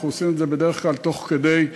אנחנו עושים את זה בדרך כלל תוך כדי,